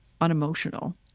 unemotional